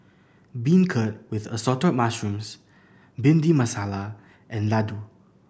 beancurd with Assorted Mushrooms Bhindi Masala and laddu